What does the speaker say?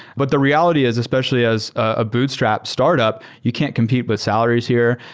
but the reality is, especially as a bootstrap startup, you can't compete with salaries here,